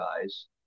guys